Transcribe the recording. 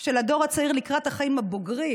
של הדור הצעיר לקראת החיים הבוגרים,